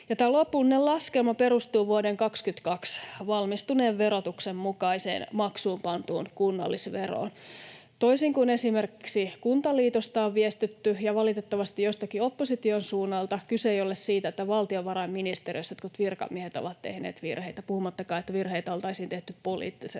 Lopullinen laskelma perustuu vuoden 22 valmistuneen verotuksen mukaiseen maksuun pantuun kunnallisveroon. Toisin kuin esimerkiksi Kuntaliitosta ja valitettavasti jostakin opposition suunnalta on viestitetty, kyse ei ole siitä, että valtiovarainministeriössä jotkut virkamiehet ovat tehneet virheitä, puhumattakaan siitä, että virheitä oltaisiin tehty poliittisella